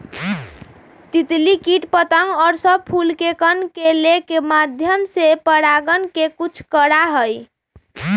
तितली कीट पतंग और सब फूल के कण के लेके माध्यम से परागण के कुछ करा हई